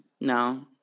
No